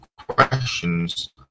questions